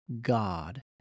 God